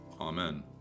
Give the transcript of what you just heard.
Amen